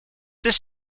this